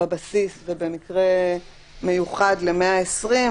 בבסיס ובמקרה מיוחד ל-120,